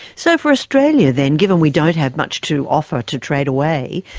so for australia then, given we don't have much to offer to trade away,